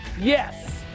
Yes